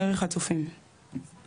דרך הצופים,